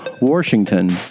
Washington